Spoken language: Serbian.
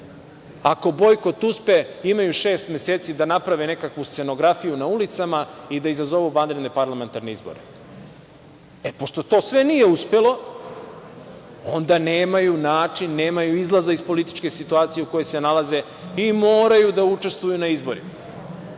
Ako bojkot uspe, imaju šest meseci da naprave nekakvu scenografiju na ulicama i da izazovu vanredne parlamentarne izbore. Pošto to sve nije uspelo, onda nemaju način, nemaju izlaza iz političke situacije u kojoj se nalaze i moraju da učestvuju na izborima.